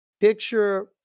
picture